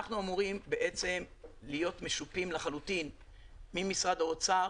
אנחנו אמורים להיות משופים לחלוטין ממשרד האוצר